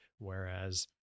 whereas